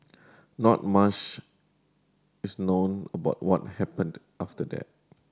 not mush is known about what happened after that